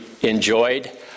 enjoyed